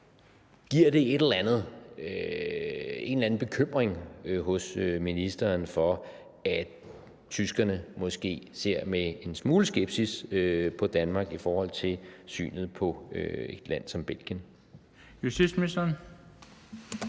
Giver det en eller anden bekymring hos ministeren for, at tyskerne måske ser med en smule skepsis på Danmark i forhold til synet på et land som Belgien?